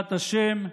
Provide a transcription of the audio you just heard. ביראת השם,